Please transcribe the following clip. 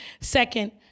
second